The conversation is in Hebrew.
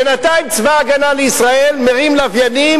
בינתיים צבא-הגנה לישראל מרים לוויינים,